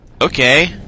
Okay